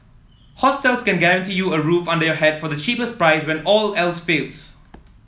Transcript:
hostels can guarantee you a roof under your head for the cheapest price when all else fails